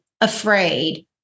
afraid